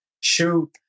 shoot